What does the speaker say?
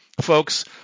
Folks